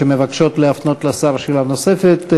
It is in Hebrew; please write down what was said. שמבקשות להפנות לשר שאלה נוספת.